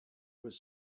was